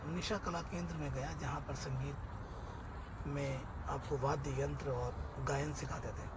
निशा कला केंद्र में गया जहाँ पर संगीत में आपको वाद्ययंत्र और गायन सिखाते थे